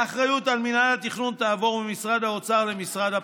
האחריות על מינהל התכנון תעבור ממשרד האוצר למשרד הפנים,